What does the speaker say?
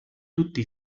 tutti